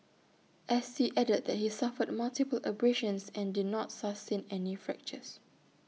S T added that he suffered multiple abrasions and did not sustain any fractures